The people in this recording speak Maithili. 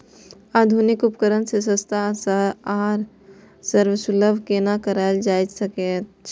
आधुनिक उपकण के सस्ता आर सर्वसुलभ केना कैयल जाए सकेछ?